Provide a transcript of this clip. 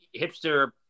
hipster